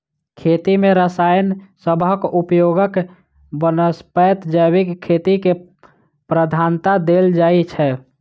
खेती मे रसायन सबहक उपयोगक बनस्पैत जैविक खेती केँ प्रधानता देल जाइ छै